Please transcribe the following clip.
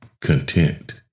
content